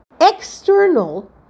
external